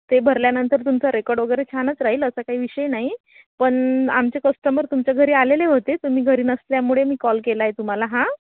ते भरल्यानंतर तुमचा रेकॉर्ड वगैरे छानच राहील असं काही विषय नाही पण आमचे कस्टमर तुमच्या घरी आलेले होते तुम्ही घरी नसल्यामुळे मी कॉल केला आहे तुम्हाला हा